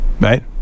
Right